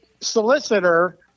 solicitor